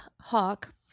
Hawk